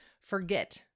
forget